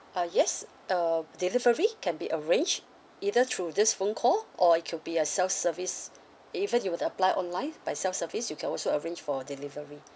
ah yes uh delivery can be arranged either through this phone call or it could be a self service even if you would apply online by self-service you can also arrange for delivery